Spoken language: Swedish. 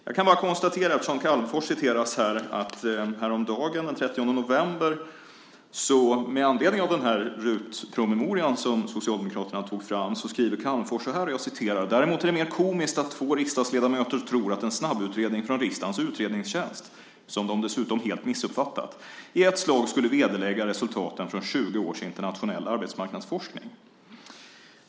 Jag kan bara konstatera, eftersom Calmfors citeras här, att häromdagen, den 30 november, skriver Calmfors med anledning av den RUT-promemoria som Socialdemokraterna tog fram så här: "Däremot är det mer komiskt att två riksdagsledamöter tror att en snabbutredning från Riksdagens utredningstjänst - som de dessutom helt missuppfattat - i ett slag skulle vederlägga resultaten från tjugo års internationell arbetsmarknadsforskning."